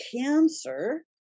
cancer